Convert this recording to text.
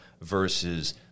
versus